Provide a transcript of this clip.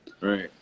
Right